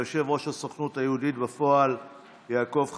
ויושב-ראש הסוכנות היהודית בפועל יעקב חגואל,